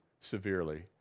severely